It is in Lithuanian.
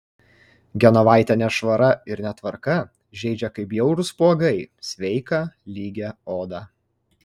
genovaitę nešvara ir netvarka žeidžia kaip bjaurūs spuogai sveiką lygią odą